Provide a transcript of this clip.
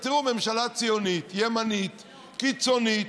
תראו, ממשלה ציונית, ימנית, קיצונית,